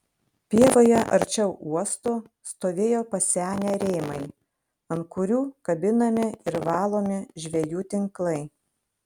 pievoje arčiau uosto stovėjo pasenę rėmai ant kurių kabinami ir valomi žvejų tinklai